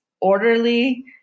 orderly